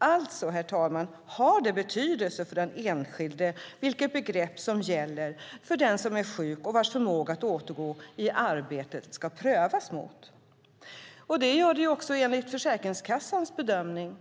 Alltså, herr talman, har det betydelse vilket begrepp som gäller för den enskilde som är sjuk och vars förmåga att återgå till arbete ska prövas, också enligt Försäkringskassans bedömning.